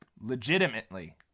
legitimately